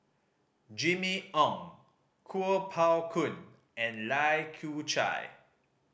Jimmy Ong Kuo Pao Kun and Lai Kew Chai